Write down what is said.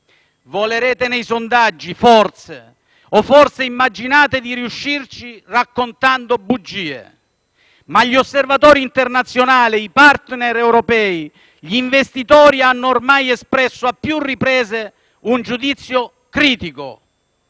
Volerete nei sondaggi, forse, o forse immaginate di riuscirci raccontando bugie, ma gli osservatori internazionali, i *partner* europei, gli investitori hanno ormai espresso a più riprese un giudizio critico.